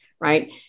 right